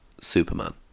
Superman